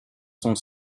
sont